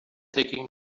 taking